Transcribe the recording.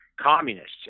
communists